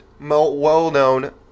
well-known